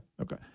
okay